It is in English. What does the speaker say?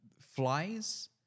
flies